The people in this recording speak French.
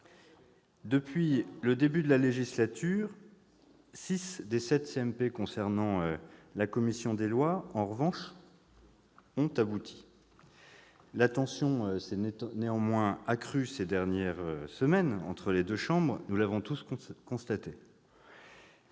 Depuis le début de la législature, six des sept commissions mixtes paritaires relevant de la commission des lois, en revanche, ont abouti. La tension s'est néanmoins accrue ces dernières semaines entre les deux chambres, nous l'avons tous constaté.